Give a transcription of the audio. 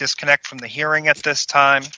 disconnect from the hearing at this time